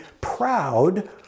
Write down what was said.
proud